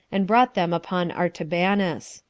and brought them upon artabanus.